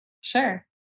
Sure